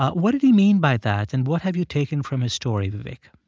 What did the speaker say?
what did he mean by that, and what have you taken from his story, vivek?